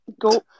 go